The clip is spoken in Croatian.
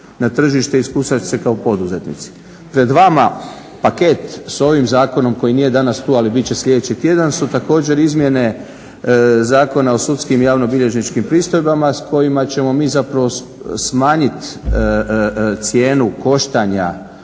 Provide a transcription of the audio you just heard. na tržište i iskušat se kao poduzetnici. Pred vama paket s ovim zakonom koji nije danas tu, ali bit će sljedeći tjedan, su također izmjene Zakona o sudskim i javnobilježničkim pristojbama s kojima ćemo mi zapravo smanjit cijenu koštanja